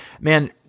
man